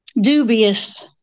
dubious